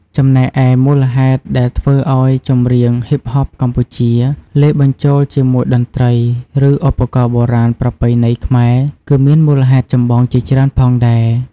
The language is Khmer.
ចំំណែកឯមូលហេតុដែលធ្វើឲ្យចម្រៀងហ៊ីបហបកម្ពុជា លាយបញ្ចូលជាមួយតន្ត្រី ឬឧបករណ៍បុរាណប្រពៃណីខ្មែរ គឺមានមូលហេតុចម្បងជាច្រើនផងដែរ។